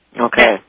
Okay